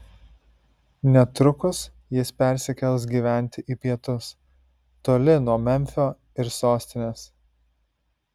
netrukus jis persikels gyventi į pietus toli nuo memfio ir sostinės